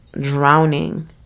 drowning